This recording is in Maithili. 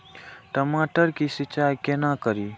टमाटर की सीचाई केना करी?